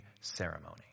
ceremony